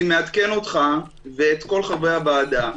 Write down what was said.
אני מעדכן אותך ואת כל חברי הוועדה,